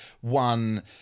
one